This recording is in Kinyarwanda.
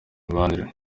mibare